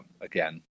again